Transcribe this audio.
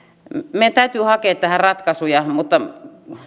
meidän täytyy hakea tähän ratkaisuja mutta